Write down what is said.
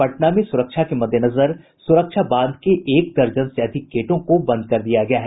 पटना में सुरक्षा के मद्देनजर सुरक्षा बांध के एक दर्जन से अधिक गेटों को बंद कर दिया गया है